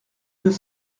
deux